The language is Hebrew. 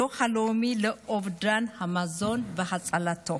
הדוח הלאומי לאובדן המזון והצלתו,